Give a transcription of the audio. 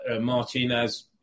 Martinez